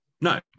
No